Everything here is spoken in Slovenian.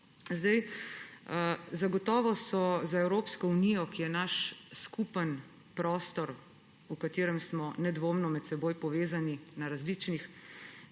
uniji. Zagotovo so za Evropsko unijo, ki je naš skupni prostor, v katerem smo nedvomno med seboj povezani na različnih